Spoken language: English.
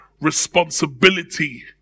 responsibility